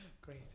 Great